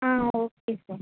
ah okay sir